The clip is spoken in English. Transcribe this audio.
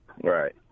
Right